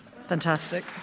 Fantastic